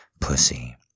pussy